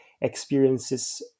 experiences